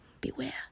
beware